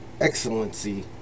excellency